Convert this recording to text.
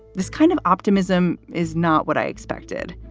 this kind of optimism is not what i expected.